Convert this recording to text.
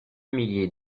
millier